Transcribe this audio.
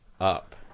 up